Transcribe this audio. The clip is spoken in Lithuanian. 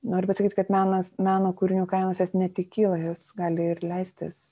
noriu pasakyt kad menas meno kūrinių kainos jos ne tik kyla jos gali ir leistis